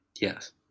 Yes